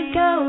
go